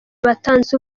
batanze